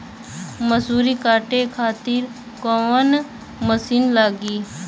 मसूरी काटे खातिर कोवन मसिन लागी?